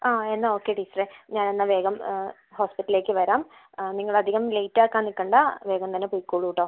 ആ എന്നാൽ ഓക്കെ ടീച്ചറെ ഞാൻ എന്നാൽ വേഗം ഹോസ്പിറ്റലിലേക്ക് വരാം നിങ്ങൾ അധികം ലേറ്റ് ആക്കാൻ നിൽക്കണ്ട വേഗം തന്നെ പൊയ്ക്കോളൂട്ടോ